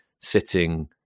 sitting